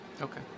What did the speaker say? okay